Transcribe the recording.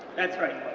that's right,